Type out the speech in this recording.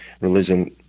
religion